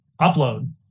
upload